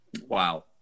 Wow